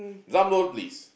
drum roll please